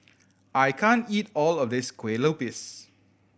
I can't eat all of this kue lupis